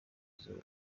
izuba